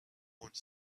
one